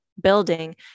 building